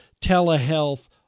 telehealth